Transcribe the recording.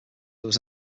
there